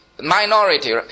minority